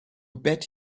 bet